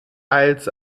als